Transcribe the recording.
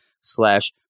slash